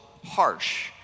harsh